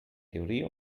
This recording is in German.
theorie